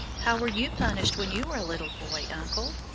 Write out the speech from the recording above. how were you punished when you were a little boy, uncle?